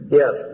yes